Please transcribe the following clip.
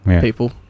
People